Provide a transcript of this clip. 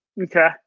okay